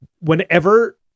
whenever